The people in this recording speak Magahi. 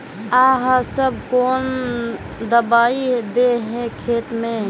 आहाँ सब कौन दबाइ दे है खेत में?